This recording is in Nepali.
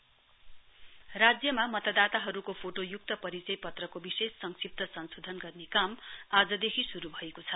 सिइओ पिसी राज्यमा मतदाताहरूको फोटोयुक्त परिचय पत्रको विशेष सक्षिप्त संशोधन गर्ने काम आजदेखि शुरू भएको छ